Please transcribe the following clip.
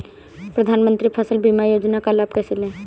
प्रधानमंत्री फसल बीमा योजना का लाभ कैसे लें?